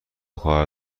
خواهر